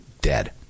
dead